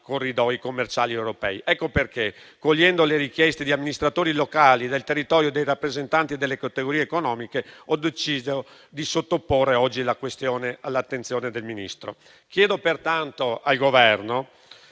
corridoi commerciali europei. Ecco perché, cogliendo le richieste degli amministratori locali, del territorio e dei rappresentanti delle categorie economiche, ho deciso di sottoporre oggi la questione all'attenzione del Ministro. Chiedo pertanto al Governo